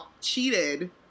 cheated